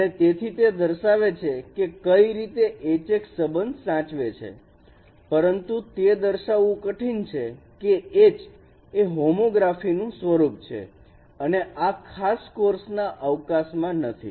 અને તેથી તે દર્શાવે છે કે કઈ રીતે Hx સબંધ સાચવે છે પરંતુ તે દર્શાવવું કઠિન છે કે H એ હોમોગ્રાફી નું સ્વરૂપ છે અને આ ખાસ કોર્સ ના અવકાશ માં નથી